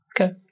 okay